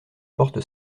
porte